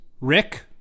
Rick